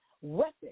weapon